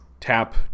Tap